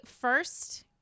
first